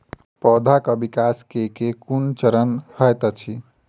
पौधाक विकास केँ केँ कुन चरण हएत अछि?